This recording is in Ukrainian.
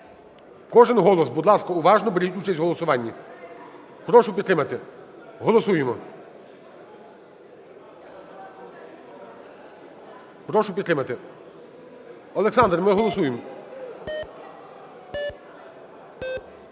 Кожен голос. Будь ласка, уважно беріть участь в голосуванні. Прошу підтримати. Голосуємо. Прошу підтримати. Олександр, ми голосуємо.